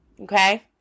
Okay